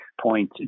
point